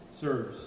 serves